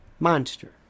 monster